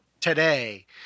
today